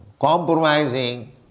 compromising